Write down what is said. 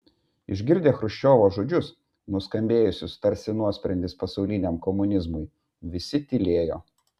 išgirdę chruščiovo žodžius nuskambėjusius tarsi nuosprendis pasauliniam komunizmui visi tylėjo